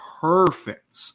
perfect